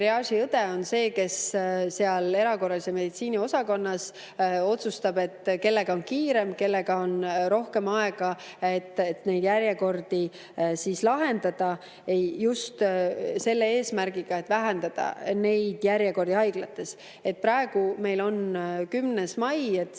Triaažiõde on see, kes erakorralise meditsiini osakonnas otsustab, kellega on kiire, kellega on rohkem aega, et neid järjekordi lahendada, just selle eesmärgiga, et vähendada järjekordi haiglates. Praegu meil on 10. mai, see